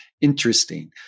interesting